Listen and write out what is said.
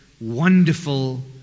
wonderful